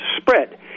spread